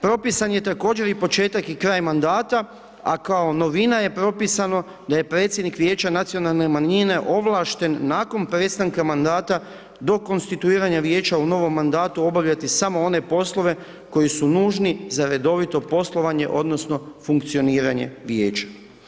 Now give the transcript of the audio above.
Propisan je također i početak i kraj mandata, a kao novina je propisano da je predsjednik vijeća nacionalne manjine ovlašten nakon prestanka mandata do konstituiranja vijeća, u novom mandatu obavljati samo one poslove koji su nužni za redovito poslovanje odnosno funkcioniranje vijeća.